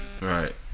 Right